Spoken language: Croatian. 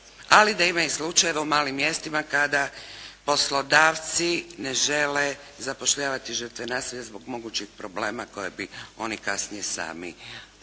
ali da imaju slučajeva u malim mjestima kada poslodavci ne žele zapošljavati žrtve nasilja zbog mogućih problema koje bi oni kasnije sami imali.